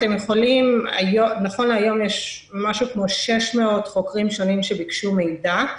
אתם יכולים נכון להיום יש משהו כמו 600 חוקרים שונים שביקשו מידע,